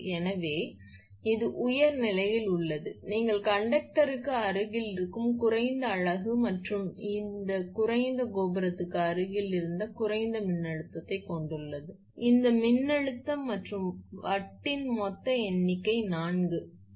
எனவே இது உயர் நிலையில் உள்ளது நீங்கள் கண்டக்டருக்கு அருகில் இருக்கும் குறைந்த அலகு மற்றும் இது குறைந்த கோபுரத்திற்கு அருகில் இருக்கும் குறைந்த மின்னழுத்தத்தைக் கொண்டுள்ளது எனவே இது குறைந்த மின்னழுத்தத்தைக் கொண்டுள்ளது மற்றும் இது அதிக மின்னழுத்தத்தைக் கொண்டுள்ளது